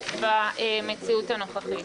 במציאות הנוכחית.